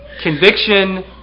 conviction